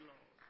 Lord